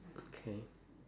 okay